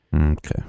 Okay